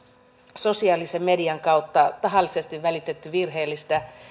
sosiaalisen median kautta tahallisesti välitetty virheellistä